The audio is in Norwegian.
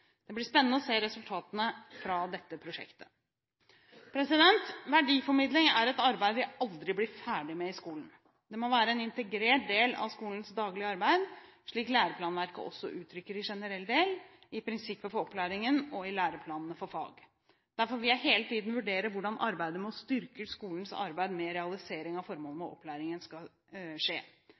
Det Europeiske Wergelandsenteret. Det blir spennende å se resultatene fra dette prosjektet. Verdiformidling er et arbeid vi aldri blir ferdige med i skolen. Det må være en integrert del av skolens daglige arbeid, slik læreplanverket også uttrykker i generell del, i prinsipper for opplæringen og i læreplanene for fag. Derfor vil jeg hele tiden vurdere hvordan arbeidet med å styrke skolenes arbeid med realiseringen av formålet med opplæringen skal skje.